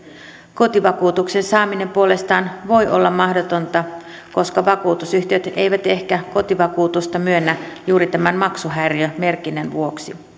kotivakuutuksen saaminen puolestaan voi olla mahdotonta koska vakuutusyhtiöt eivät ehkä kotivakuutusta myönnä juuri tämän maksuhäiriömerkinnän vuoksi